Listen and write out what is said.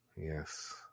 yes